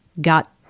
got